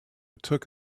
took